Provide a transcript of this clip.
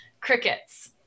crickets